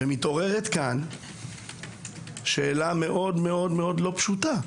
מתעוררת כאן שאלה מאוד לא פשוטה.